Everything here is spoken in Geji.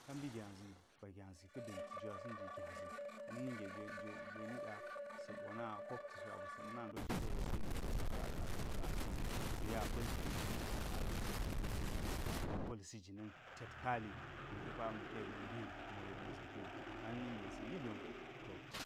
Ka nubi gyazi ba gyazi ka̱ da̱nti jwasa̱n ga̱ gyazi hal ninge jwe-jwe niɗa sa̱ bona kopti so a ba̱sa̱ na noloshti se go sa̱ niɗa ka al’adu jwasa̱n sa̱ya pa̱lti al’adu ji- ji ji kolsi jina̱n led kali gwe ɗepa ma̱ hi yek ma̱ mbiwu mo yek ma̱ zokiwu hal ninge sa̱yi dlo